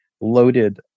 loaded